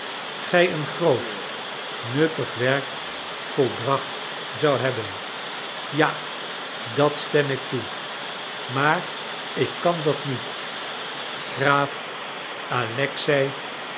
gij een groot nuttig werk volbracht zoudt hebben ja dat stem ik toe maar ik kan dat niet graaf alexei